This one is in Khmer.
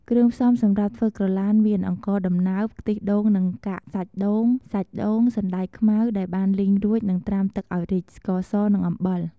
គ្រឿងផ្សំសម្រាប់ធ្វើក្រឡានមាន អង្ករដំណើប ខ្ទិះដូងនិងកាកសាច់ដូង សាច់ដូង សណ្ដែកខ្មៅដែលបានលីងរួចនិងត្រាំទឹកឱ្យរីក ស្ករស និងអំបិល។